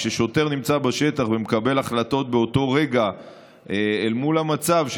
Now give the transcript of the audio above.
כששוטר נמצא בשטח ומקבל החלטות באותו רגע אל מול המצב,